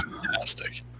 fantastic